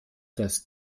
das